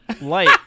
Light